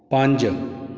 ਪੰਜ